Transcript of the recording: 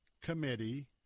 Committee